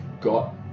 got